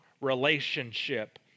relationship